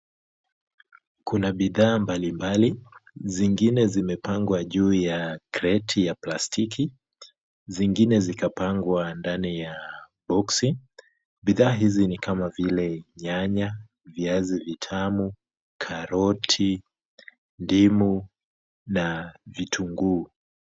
Kuna bidhaa mbalimbali, zingine zimepangwa juu ya kreti ya plastiki, zingine zikapangwa ndani ya boksi . Bidhaa hizi ni kama vile nyanya, viazi vitamu, karoti, ndimu na vitunguu.